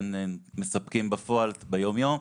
כן מספקים בפועל ביום-יום,